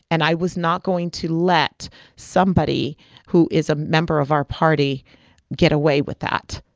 and i was not going to let somebody who is a member of our party get away with that.